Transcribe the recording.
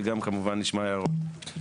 וגם כמובן נשמע הערות.